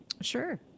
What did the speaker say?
Sure